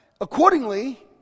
accordingly